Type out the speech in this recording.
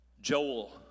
Joel